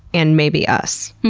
and maybe us?